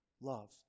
love